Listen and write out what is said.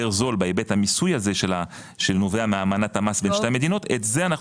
זול בהיבט המיסוי הזו שנובע מאמנת המס בין שתי מדינות את זה אנו